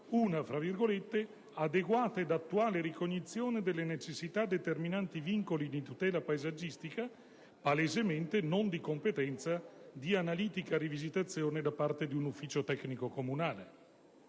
tra l'altro - una «adeguata ed attuale ricognizione delle necessità determinanti vincoli di tutela paesaggistica», palesemente non di competenza di analitica rivisitazione da parte di un ufficio tecnico comunale.